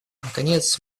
наконец